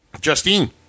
Justine